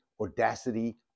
audacity